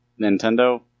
Nintendo